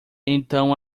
então